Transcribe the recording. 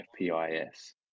fpis